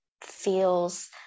feels